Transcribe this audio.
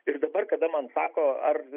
ir dabar kada man sako ar